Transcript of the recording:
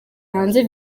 hanze